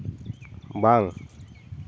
ᱵᱟᱝ